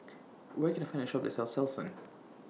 Where Can I Find A Shop that sells Selsun